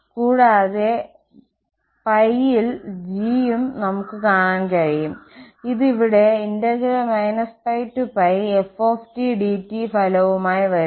കൂടാതെ π ൽ g ഉം നമുക്ക് കാണാൻ കഴിയും ഇത് ഇവിടെ πf dt ഫലവുമായി വരുന്നു